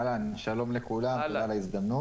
אהלן, שלום לכולם, תודה על ההזדמנות.